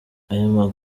ayo